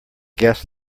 guest